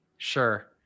sure